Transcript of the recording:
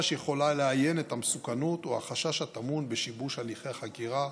שיכולה לאיין את המסוכנות או החשש לשיבוש הליכי חקירה,